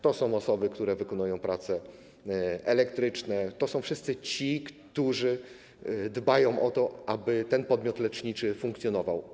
To są osoby, które wykonują prace elektryczne, to są wszyscy ci, którzy dbają o to, aby ten podmiot leczniczy funkcjonował.